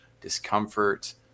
discomfort